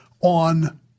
on